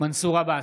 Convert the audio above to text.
מנסור עבאס,